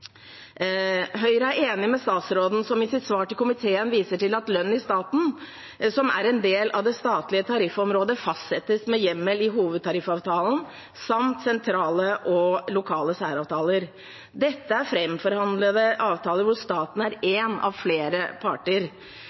Høyre er enig med statsråden, som i sitt svar til komiteen viser til at lønn i staten, som er en del av det statlige tariffområdet, fastsettes med hjemmel i hovedtariffavtalen samt sentrale og lokale særavtaler. Dette er framforhandlede avtaler, hvor staten er en av flere parter.